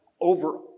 over